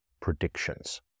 predictions